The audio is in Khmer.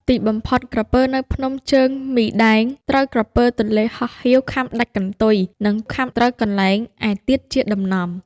ទីបំផុត ក្រពើនៅភ្នំជើងមីដែង ត្រូវក្រពើទន្លេហោះហៀវខាំដាច់កន្ទុយ និង ខាំត្រូវកន្លែងឯទៀតជាដំណំ ។